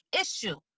issue